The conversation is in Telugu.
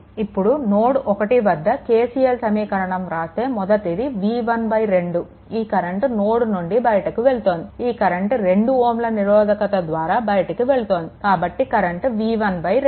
ఇప్పుడు నోడ్1 వద్ద KCL సమీకరణం వ్రాస్తే మొదటిది v12 ఈ కరెంట్ నోడ్ నుండి బయటికి వెళ్తోంది ఈ కరెంట్ 2 Ω నిరోధకత ద్వారా బయటికి వెళ్తోంది కాబట్టి కరెంట్ v12